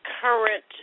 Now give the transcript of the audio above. current